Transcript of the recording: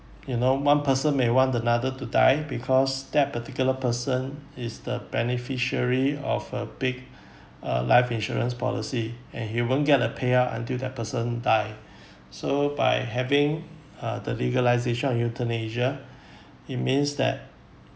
you know one person may want another to die because that particular person is the beneficiary of a big uh life insurance policy and he won't get a payout until that person die so by having uh the legalization of euthanasia it means that